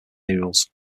materials